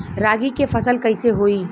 रागी के फसल कईसे होई?